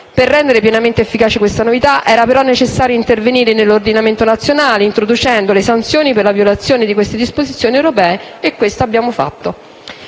Per rendere pienamente efficace questa novità era però necessario intervenire nell'ordinamento nazionale, introducendo le sanzioni per la violazione delle disposizioni europee ed è ciò che abbiamo fatto.